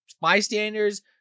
bystanders